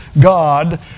God